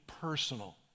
personal